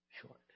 short